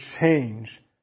change